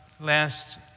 last